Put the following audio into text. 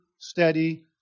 steady